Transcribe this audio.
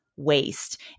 Waste